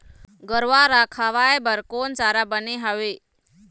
गरवा रा खवाए बर कोन चारा बने हावे?